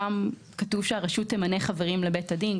שם כתוב שהרשות תמנה חברים לבית הדין,